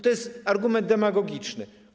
To jest argument demagogiczny.